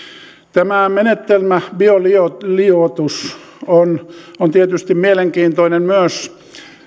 tämä menetelmä bioliuotus on on tietysti mielenkiintoinen myös